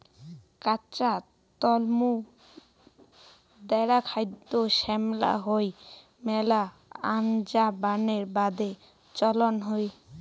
কাঁচা তলমু দ্যাখ্যাত শ্যামলা হই মেলা আনজা বানের বাদে চইল হই